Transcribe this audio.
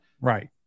right